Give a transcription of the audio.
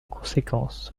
conséquence